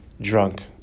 drunk